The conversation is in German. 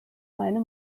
meine